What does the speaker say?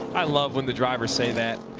i love when the drivers say that.